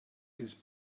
his